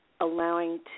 allowing